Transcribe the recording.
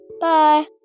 bye